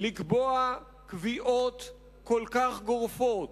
לקבוע קביעות כל כך גורפות.